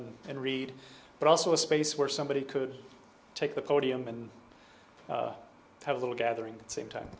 and read but also a space where somebody could take the podium and have a little gathering that same time